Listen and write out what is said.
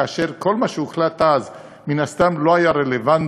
כאשר כל מה שהוחלט אז מן הסתם לא היה רלוונטי,